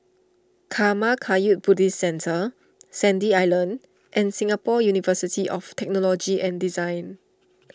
Karma Kagyud Buddhist Centre Sandy Island and Singapore University of Technology and Design